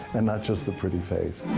and not just the pretty face.